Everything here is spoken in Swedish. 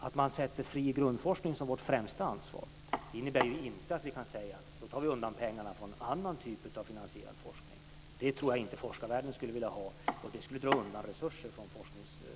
Att vi sätter fri grundforskning som vårt främsta ansvar innebär inte att vi kan säga att man tar undan pengar från annan typ av finansierad forskning. Jag tror inte att forskarvärlden skulle vilja ha det, och det skulle dra undan resurser från forskningspolitiken.